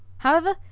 however,